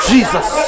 Jesus